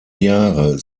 jahre